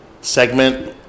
segment